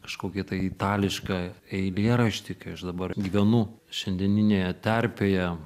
kažkokį tai itališką eilėraštį kai aš dabar gyvenu šiandieninėje terpėje